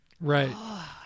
right